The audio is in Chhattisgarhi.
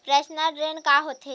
पर्सनल ऋण का होथे?